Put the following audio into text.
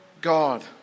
God